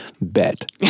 bet